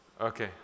Okay